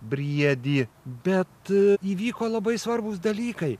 briedį bet įvyko labai svarbūs dalykai